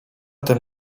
tym